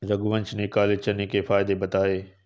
रघुवंश ने काले चने के फ़ायदे बताएँ